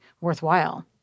worthwhile